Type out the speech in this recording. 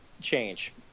change